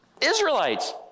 Israelites